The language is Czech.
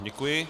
Děkuji.